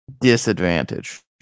Disadvantage